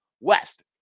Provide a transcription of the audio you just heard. West